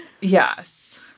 yes